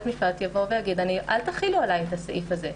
המשפט ויגיד: אל תחילו עליי את הסעיף הזה,